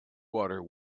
water